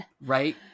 Right